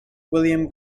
william